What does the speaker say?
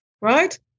right